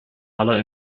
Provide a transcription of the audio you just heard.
aller